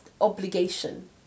obligation